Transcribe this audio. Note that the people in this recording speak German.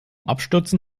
abstürzen